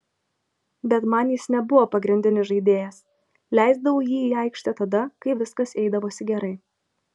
bet man jis nebuvo pagrindinis žaidėjas leisdavau jį į aikštę tada kai viskas eidavosi gerai